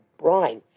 brine